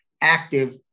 active